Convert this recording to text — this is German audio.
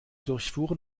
durchfuhren